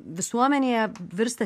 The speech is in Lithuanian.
visuomenėje virsta